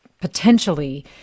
potentially